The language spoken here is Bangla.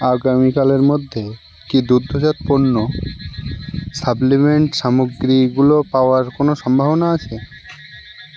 আগামীকালের মধ্যে কি দুগ্ধজাত পণ্য সাপ্লিমেন্ট সামগ্রীগুলো পাওয়ার কোনও সম্ভাবনা আছে